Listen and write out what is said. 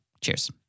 Cheers